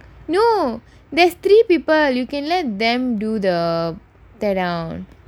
no there's three people you can let them do the tear down